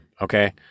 Okay